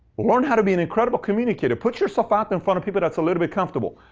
learn how to be an incredible communicator. put yourself out there in front of people that's a little bit uncomfortable.